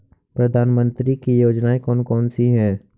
प्रधानमंत्री की योजनाएं कौन कौन सी हैं?